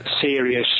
serious